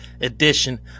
edition